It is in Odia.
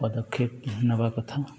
ପଦକ୍ଷେପ ନବା କଥା